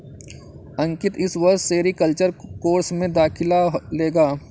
अंकित इस वर्ष sericulture course में दाखिला लेगा